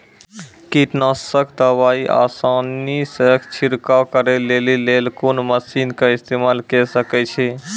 कीटनासक दवाई आसानीसॅ छिड़काव करै लेली लेल कून मसीनऽक इस्तेमाल के सकै छी?